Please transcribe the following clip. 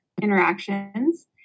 Interactions